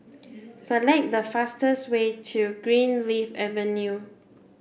select the fastest way to Greenleaf Avenue